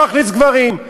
לא אכניס גברים,